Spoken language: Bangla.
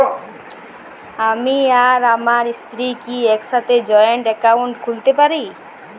আমি আর আমার স্ত্রী কি একসাথে জয়েন্ট অ্যাকাউন্ট খুলতে পারি?